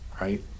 Right